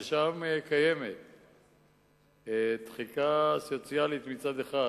ששם קיימת תחיקה סוציאלית מצד אחד,